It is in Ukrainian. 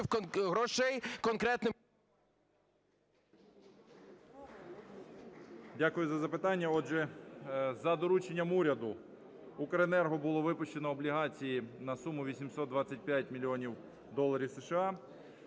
Дякую за запитання. Отже, за дорученням уряду Укренерго було випущено облігації на суму 825 мільйонів доларів США.